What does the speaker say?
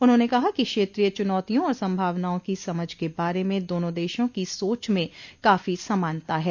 उन्होंने कहा कि क्षेत्रीय चुनौतियों और संभावनाओं की समझ के बारे में दोनों देशों की सोच में काफी समानता है